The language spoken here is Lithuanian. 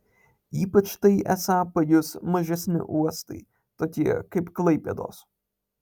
ypač tai esą pajus mažesni uostai tokie kaip klaipėdos